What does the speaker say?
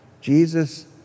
Jesus